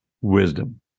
wisdom